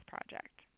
project